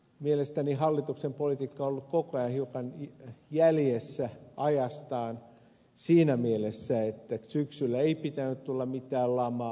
mielestäni hallituksen politiikka on ollut koko ajan hiukan jäljessä ajastaan siinä mielessä että syksyllä ei pitänyt tulla mitään lamaa